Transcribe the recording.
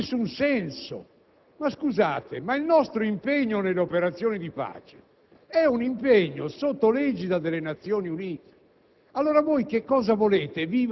in un intervento nel quale esprime un parere politico, attribuire ad altri colleghi espressioni che non sono state